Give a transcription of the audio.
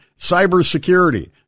cybersecurity